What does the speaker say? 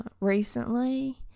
recently